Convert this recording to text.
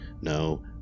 No